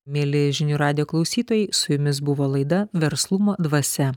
mieli žinių radijo klausytojai su jumis buvo laida verslumo dvasia